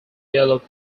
yellow